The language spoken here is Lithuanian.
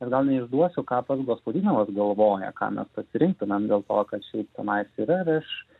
kad gal neišduosiu ką pats gospodinovas galvoja ką mes pasirinktumėm dėl to kad šiaip tenais yra ir aš